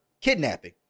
kidnapping